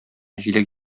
җиләк